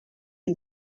les